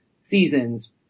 seasons